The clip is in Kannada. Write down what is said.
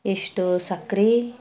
ಎಷ್ಟು ಸಕ್ರೆ